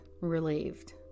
relieved